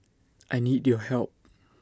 I need your help